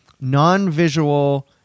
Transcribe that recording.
non-visual